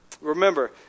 Remember